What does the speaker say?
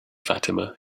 fatima